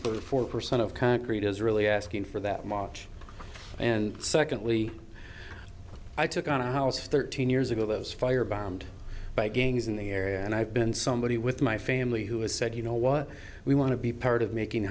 for four percent of concrete is really asking for that march and secondly i took on a house thirteen years ago those fire bombed by gangs in the area and i've been somebody with my family who has said you know what we want to be part of making